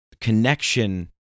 connection